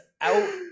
out